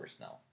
now